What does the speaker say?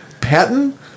Patton